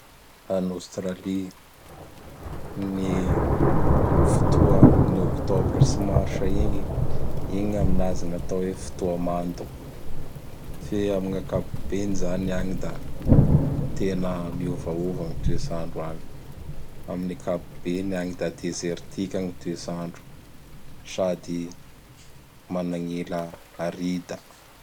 An'Australy, gn fotoa am octobra sy gn marsa igny. Igny gn'aminazy gn'atao hoe fotoa mando. Fe am gn'akapobeny zany agny da tena miovaova gn toets'andro agny. Amin ankapobeny agny da dezertika gny toets'andro sady managn'ila arida.